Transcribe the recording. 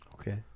Okay